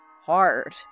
hard